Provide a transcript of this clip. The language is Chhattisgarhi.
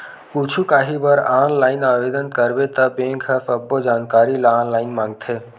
कुछु काही बर ऑनलाईन आवेदन करबे त बेंक ह सब्बो जानकारी ल ऑनलाईन मांगथे